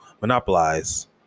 monopolize